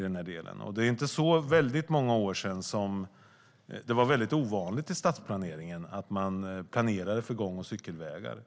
Det är inte så många år sedan som det var väldigt ovanligt i stadsplaneringen att man planerade för gång och cykelvägar.